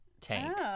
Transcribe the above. tank